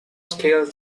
scale